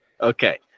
okay